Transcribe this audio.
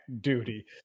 duty